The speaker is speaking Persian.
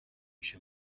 پیش